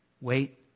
Wait